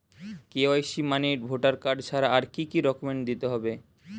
KYC মানে voter card ছাড়া আর কি কি ডকুমেন্ট দিতে হবে?